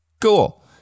Cool